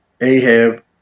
Ahab